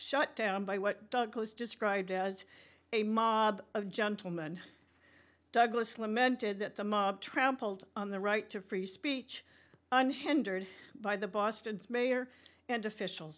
shut down by what douglas described as a mob of gentleman douglas lamented that the mob trampled on the right to free speech unhindered by the boston mayor and official